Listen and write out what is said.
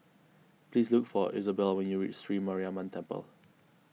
please look for Isobel when you reach Sri Mariamman Temple